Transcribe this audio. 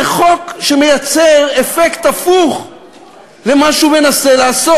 זה חוק שמייצר אפקט הפוך למה שהוא מנסה לעשות.